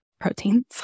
proteins